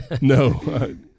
No